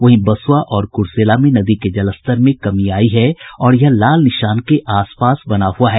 वहीं बसुआ और कुर्सेला में नदी के जलस्तर में कमी आयी है और यह लाल निशान के आस पास बना हुआ है